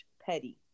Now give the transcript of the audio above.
Petty